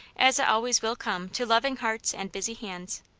as it always will come to loving hearts and busy hands.